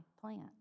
plant